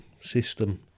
system